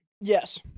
Yes